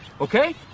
okay